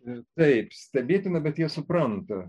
taip stebėtina bet jie supranta